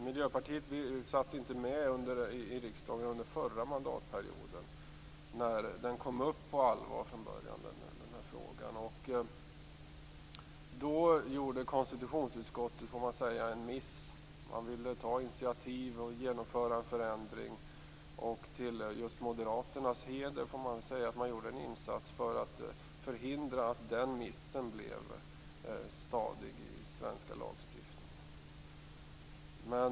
Miljöpartiet satt inte i riksdagen under förra mandatperioden när frågan togs upp på allvar. Då gjorde konstitutionsutskottet en miss. Man ville ta initiativ till en förändring. Till Moderaternas heder gjorde de en insats att förhindra att missen kom stadigt med i den svenska lagstiftningen.